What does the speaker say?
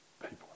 people